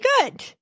good